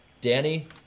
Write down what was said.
Danny